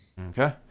Okay